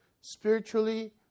spiritually